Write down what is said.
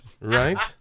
Right